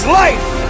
life